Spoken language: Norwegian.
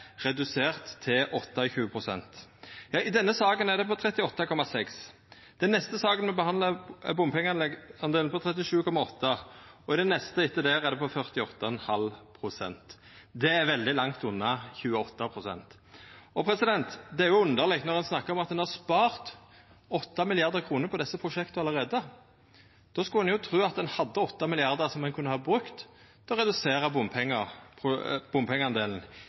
redusert til 28 pst. I denne saka er han på 38,6 pst. I den neste saka me skal behandla, er bompengedelen på 37,8 pst., og i den neste etter der er han på 48,5 pst. Det er veldig langt unna 28 pst. Det er underleg at ein snakkar om at ein allereie har spart 8 mrd. kr på desse prosjekta. Då skulle ein tru at ein hadde 8 mrd. kr som ein kunne ha brukt til å